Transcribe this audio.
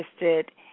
interested